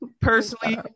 Personally